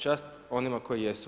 Čast onima koji jesu.